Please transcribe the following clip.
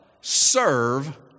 serve